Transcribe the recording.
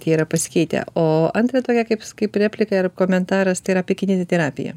tie yra pasikeitę o antra tokia kaip s kaip replika ir komentaras tai yra apie kineziterapiją